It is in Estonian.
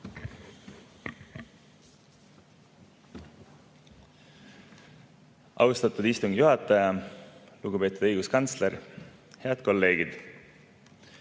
Austatud istungi juhataja! Lugupeetud õiguskantsler! Head kolleegid!